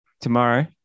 tomorrow